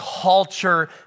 culture